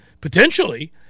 potentially